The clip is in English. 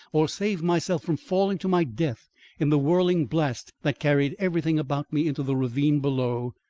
or save myself from falling to my death in the whirling blast that carried everything about me into the ravine below,